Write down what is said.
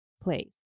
place